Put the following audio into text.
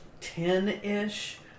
ten-ish